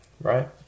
right